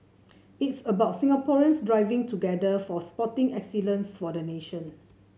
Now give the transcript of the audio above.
it's about Singaporeans striving together for sporting excellence for the nation